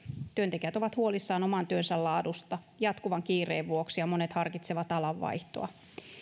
työntekijät ovat huolissaan oman työnsä laadusta jatkuvan kiireen vuoksi ja monet harkitsevat alanvaihtoa